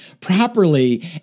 properly